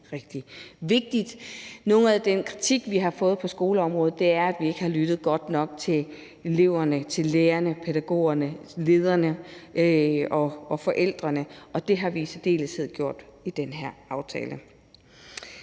rigtig vigtigt. Noget af den kritik, vi har fået på skoleområdet, er, at vi ikke har lyttet godt nok til eleverne, lærerne, pædagogerne, lederne og forældrene, og det har vi i særdeleshed gjort i den her aftale.